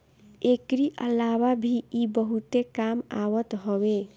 एकरी अलावा भी इ बहुते काम आवत हवे